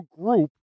group